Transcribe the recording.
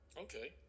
Okay